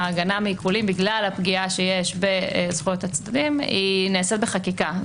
ההגנה מעיקולים בגלל הפגיעה שיש בזכויות הצדדים נעשית בחקיקה.